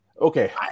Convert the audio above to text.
okay